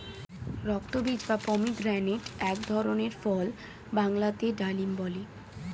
রক্তবীজ বা পমিগ্রেনেটক এক ধরনের ফল বাংলাতে ডালিম বলে